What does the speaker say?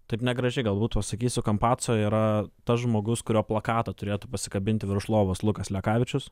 taip negražiai galbūt pasakysiu kampaco yra tas žmogus kurio plakatą turėtų pasikabinti virš lovos lukas lekavičius